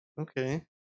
Okay